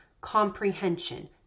comprehension